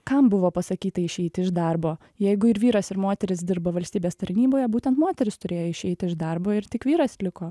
kam buvo pasakyta išeiti iš darbo jeigu ir vyras ir moteris dirba valstybės tarnyboje būtent moteris turėjo išeit iš darbo ir tik vyras liko